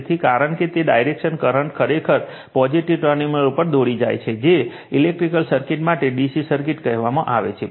તેથી કારણ કે તે ડાયરેક્શન કરંટ ખરેખર પોઝિટીવ ટર્મિનલ તરફ દોરી જાય છે જે ઇલેક્ટ્રિક સર્કિટ માટે DC સર્કિટ કહેવામાં આવે છે